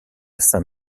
saint